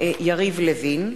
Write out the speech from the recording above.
יריב לוין,